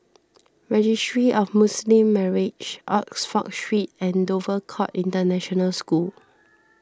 Registry of Muslim Marriages Oxford Street and Dover Court International School